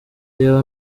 reba